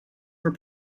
were